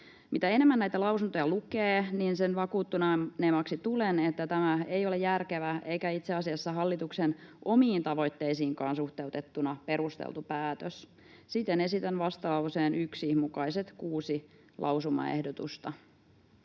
Mitä enemmän näitä lausuntoja lukee, sen vakuuttuneemmaksi tulen, että tämä ei ole järkevää eikä itse asiassa hallituksen omiin tavoitteisiinkaan suhteutettuna perusteltu päätös. Siten esitän vastalauseen 1 mukaiset kuusi lausumaehdotusta.